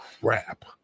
crap